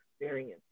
experience